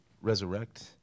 resurrect